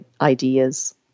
ideas